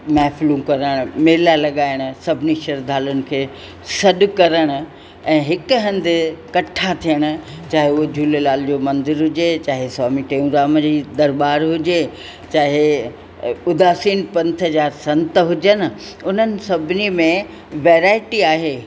महिफ़िलूं करणु मेला लॻाइणु सभिनी श्रद्धालुनि खे सॼु करण ऐं हिकु हंधि कठा थियणु चाहे उहो झूलेलाल जो मंदरु हुजे चाहे स्वामी टेऊंराम जी दरॿार हुजे चाहे उदासीन पंथ जा संत हुजनि उन्हनि सभिनी में वेरायटी आहे